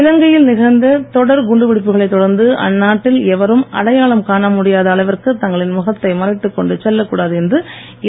இலங்கையில் நிகழ்ந்த தொடர் குண்டுவெடிப்புகளைத் தொடர்ந்து அந்நாட்டில் எவரும் அடையாளம் காண முடியாது அளவிற்கு தங்களின் முகத்தை மறைத்துக் கொண்டு செல்லக்கூடாது என்று இலங்கை அரசு தடை விதித்துள்ளது